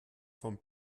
van